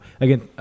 again